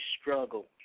struggle